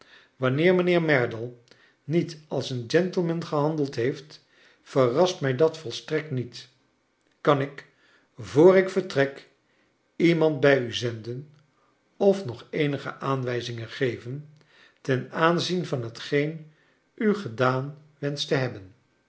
wanneer mijnheer merdle niet als een gentleman gehafndeld heeft verrast mij dat volstrekt niet kan ik voor ik vertrek iemand bij u zenden of nog eenige aanwijzingen geven ten aanzien van hetgeen u gedaan wenscht te hebben